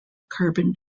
carbon